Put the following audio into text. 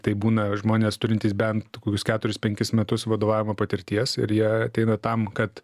tai būna žmonės turintys bent kokius keturis penkis metus vadovavimo patirties ir jie ateina tam kad